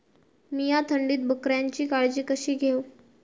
मीया थंडीत बकऱ्यांची काळजी कशी घेव?